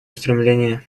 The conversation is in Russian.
устремления